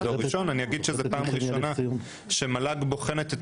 זו פעם ראשונה שהמועצה להשכלה גבוהה בוחנת את